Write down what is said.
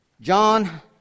John